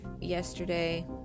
yesterday